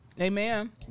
Amen